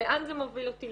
לאן זה מוביל אותי,